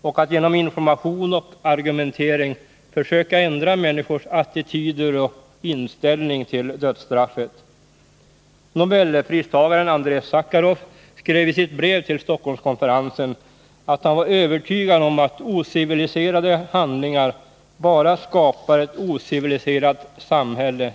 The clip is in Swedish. och genom information och argumentering försöka ändra människors attityder och inställning till dödsstraffet. Nobelpristagaren Andrej Sacharov skrev i sitt brev till Stockholmskonferensen att han var övertygad om att ociviliserade handlingar bara skapar ett ociviliserat samhälle.